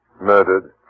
Murdered